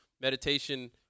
meditation